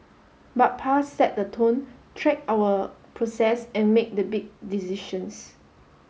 but Pa set the tone tracked our process and make the big decisions